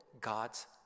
God's